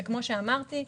שכפי שאמרתי,